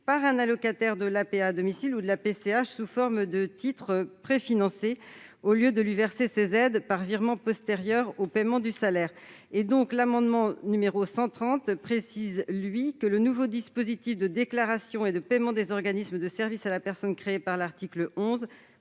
par un allocataire de l'APA à domicile ou de la PCH sous forme de titre préfinancé, au lieu de lui verser ces aides par virement postérieur au paiement du salaire. L'amendement n° 130 a pour objet de préciser que le nouveau dispositif de déclaration et de paiement des organismes de services à la personne, créé à l'article 11